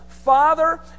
Father